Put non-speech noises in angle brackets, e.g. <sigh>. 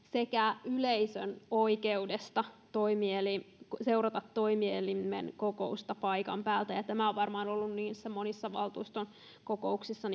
<unintelligible> sekä yleisön oikeudesta seurata toimielimen kokousta paikan päältä niin tämä on varmaan ollut niissä monissa valtuuston kokouksissa <unintelligible>